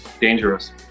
Dangerous